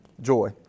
joy